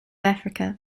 africa